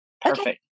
perfect